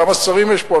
כמה שרים יש פה?